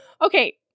Okay